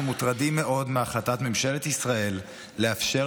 אנחנו מוטרדים מאוד מהחלטת ממשלת ישראל לאפשר